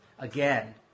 Again